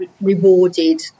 rewarded